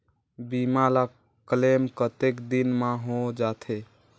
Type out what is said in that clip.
बीमा ला क्लेम कतेक दिन मां हों जाथे?